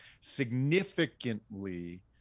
significantly